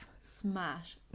Smash